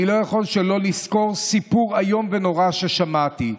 אני לא יכול שלא לזכור סיפור איום ונורא ששמעתי,